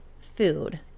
food